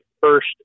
first